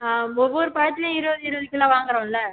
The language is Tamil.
ஒவ்வொரு பழத்துலேயும் இருபது இருபது கிலோ வாங்குகிறோம்ல